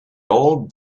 all